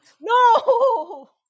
No